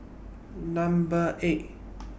Number eight